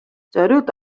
зориуд